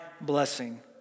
blessing